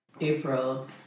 April